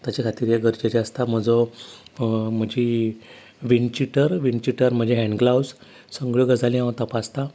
ताचे खातीर एक गरजेचें आसता म्हजो म्हजी विंडचिटर विंडचिटर म्हजे हँडग्लावज सगळ्यो गजाली हांव आतां तपासता